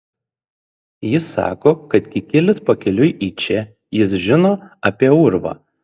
jis sako kad kikilis pakeliui į čia jis žino apie urvą